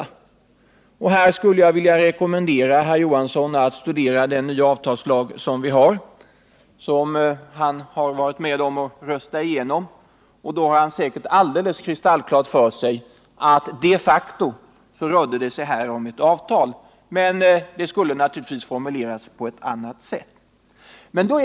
I det sammanhanget skulle jag vilja rekommendera herr Johansson att studera den nya avtalslag som vi har och som han varit med om att rösta fram. Då får han säkert helt kristallklart för sig att det här de facto rörde sig om ett avtal, men det borde naturligtvis ha formulerats på ett annat sätt.